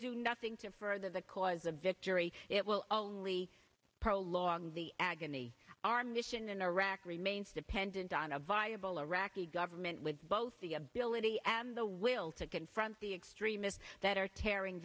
do nothing to further the cause of victory it will only prolong the agony our mission in iraq remains dependent on a viable iraqi government with both the ability and the will to confront the extremists that are tearing